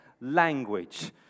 language